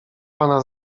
pana